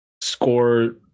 score